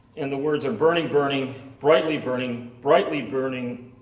and the words are burning, burning, brightly burning, brightly burning,